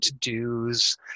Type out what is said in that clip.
to-dos